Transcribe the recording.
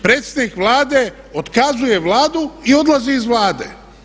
Predsjednik Vlade otkazuje Vladu i odlazi iz Vlade.